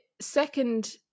second